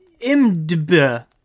IMDB